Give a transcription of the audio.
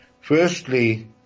Firstly